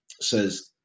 says